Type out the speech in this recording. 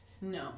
no